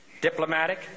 diplomatic